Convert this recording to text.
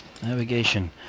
Navigation